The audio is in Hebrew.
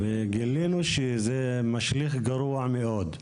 אנחנו גילינו שזה משליך בצורה גרועה מאוד.